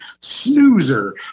snoozer